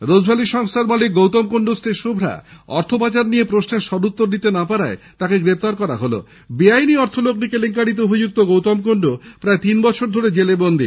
Rose Valley সংস্থার মালিক গৌতম কুন্ডুর স্ত্রী শুভ্রা অর্থপাচার নিয়ে প্রশ্নের সদুত্তর দিতে না পারায় তাকে গ্রেপ্তার করা হল বে আইনী অর্থলগ্নী কেলেঙ্কারিতে অভিযুক্ত গৌতম কুন্ডু প্রায় তিন বছর ধরে জেলে বন্দী